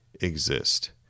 exist